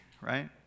right